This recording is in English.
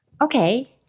Okay